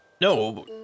No